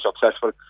successful